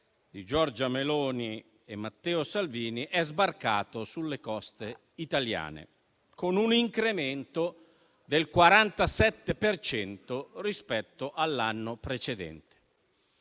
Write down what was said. di Giorgia Meloni e Matteo Salvini, sono sbarcati sulle coste italiane, con un incremento del 47 per cento rispetto all'anno precedente.